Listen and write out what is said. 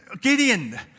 Gideon